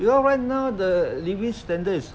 you know why now the living standard is